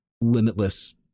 limitless